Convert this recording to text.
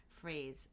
phrase